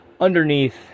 underneath